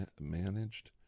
managed